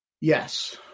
Yes